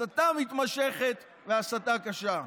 הסתה מתמשכת והסתה קשה.